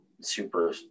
super